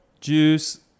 juice